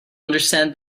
understand